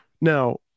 now